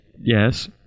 Yes